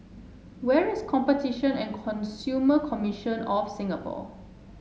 where is Competition and Consumer Commission of Singapore